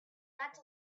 that